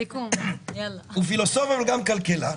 הוא פילוסוף אבל גם כלכלן.